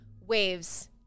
waves